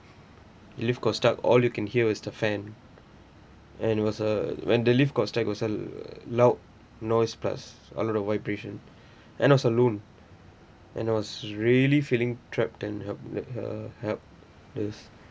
lift got stuck all you can hear is the fan and was a when the lift got stuck was a loud noise plus other the vibration and I was alone and I was really feeling trapped and helple~ uh helpless